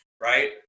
right